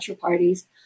parties